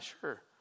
sure